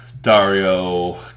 Dario